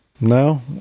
No